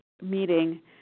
meeting